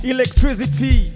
Electricity